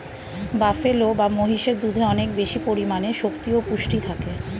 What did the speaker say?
buffalo বা মহিষের দুধে অনেক বেশি পরিমাণে শক্তি ও পুষ্টি থাকে